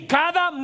cada